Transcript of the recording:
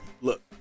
Look